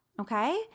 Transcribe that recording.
okay